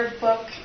book